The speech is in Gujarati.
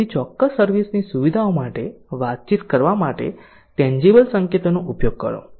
તેથી ચોક્કસ સર્વિસ ની સુવિધાઓ માટે વાતચીત કરવા માટે ટેન્જીબલ સંકેતોનો ઉપયોગ કરો